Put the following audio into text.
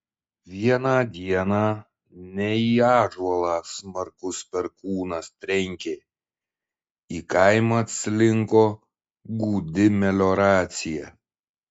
vieną dieną ne į ąžuolą smarkus perkūnas trenkė į kaimą atslinko gūdi melioracija